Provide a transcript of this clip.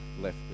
left